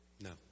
No